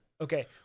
Okay